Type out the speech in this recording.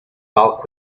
bulk